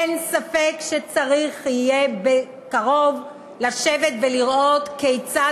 אין ספק שצריך יהיה בקרוב לשבת ולראות כיצד